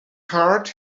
heart